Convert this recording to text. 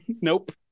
Nope